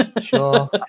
Sure